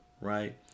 right